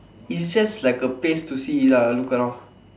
is just like a place to see lah look around